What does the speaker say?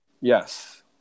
Yes